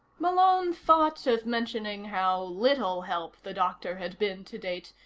malone thought of mentioning how little help the doctor had been to date,